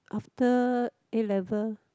after A-level